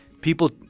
people